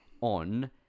on